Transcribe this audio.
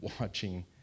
watching